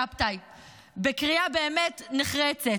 שצה"ל מדשדש,